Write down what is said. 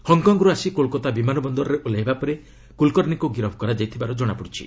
ହଂକଂରୁ ଆସି କୋଲ୍କାତା ବିମାନ ବନ୍ଦରରେ ଓହ୍ଲାଇବା ପରେ କୁଲ୍କର୍ଷ୍ଣଙ୍କୁ ଗିରଫ କରାଯାଇଥିବାର ଜଣାପଡ଼ିଛି